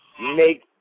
make